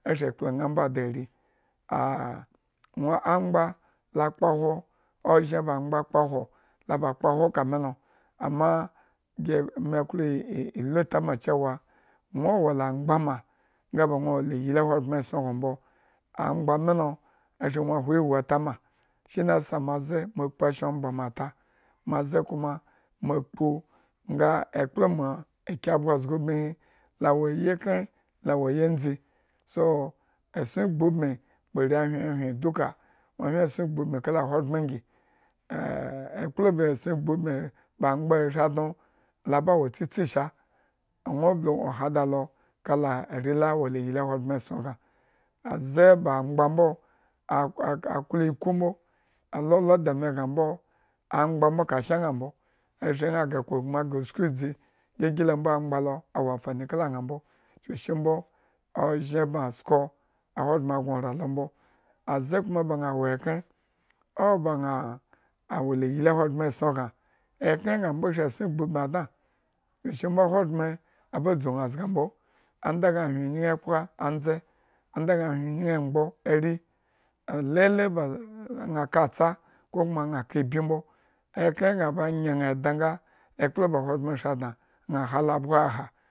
Ashri ekploñaa mbo di ari, ah angba la kpohwo. ozhen ba angba kpohwo, la ba kpohwo ka milo, amma gi e me lu tama cewa nwo wo la angba ma, nga ba nwo wolaiyli ahogbren esson gno mbo, angba milo la shri nwo hwo ewu tama, shina yasa mazekpu shan omba mo ta moze kuma mo kpu nga ekpla ma ki abgo zga ubmihi, la wo ayikren, lawo ayindzi ʃo esson gbubmi ba hyen duka nwo hyen esson gbubmi kala ahogbren ngi ekpla ba esson gbubmi ba angba shri dno la ba wo tsitsi sah, anwo ohada lokala are la wola iyli ahogbren esson bma. A ze ba angba mbo aklo iku mbo lolodama ñaa mbo. Ashri ñaa gre akuugmu, usku edzi gigi lo ambo angba lo awa amfan kala ñaa mbo, chuku shi mbo ozhen bma sko, ahogbren gno oran lo mbo, aze kuma ba ñaa wo ekren, o ba ñaa awo la iyli ahogbren aba dzu ñaa zga mbo, onda gña hyen iñin-emgboari alele ba ñaa ka atsa kokuma. aña ka ibyi mbo, ekren gña ba nye ñaa eda nga